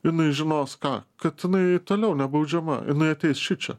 jinai žinos ką kad jinai toliau nebaudžiama jinai ateis šičia